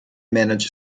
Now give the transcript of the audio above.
managed